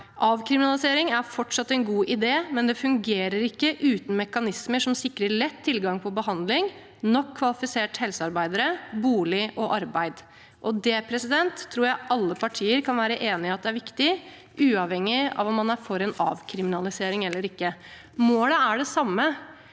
av narkotika er fortsatt en god idé. Men det fungerer ikke uten mekanismer som sikrer lett tilgang på behandling, nok kvalifiserte helsearbeidere, boliger og arbeid.» Det tror jeg alle partier kan være enig i at er viktig, uavhengig av om man er for avkriminalisering eller ikke. Målet er det samme,